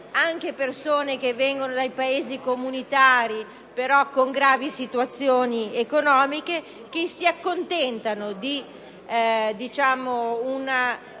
anche persone che vengono dai Paesi comunitari ma con gravi situazioni economiche, che si accontentano di una